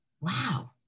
wow